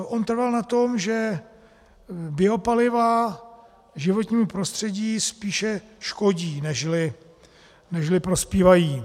On trval na tom, že biopaliva životnímu prostředí spíše škodí nežli prospívají.